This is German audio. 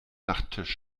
nachttisch